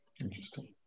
interesting